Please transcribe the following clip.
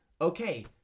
okay